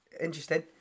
Interesting